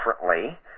differently